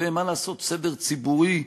ומה לעשות, סדר ציבורי,